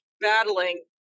battling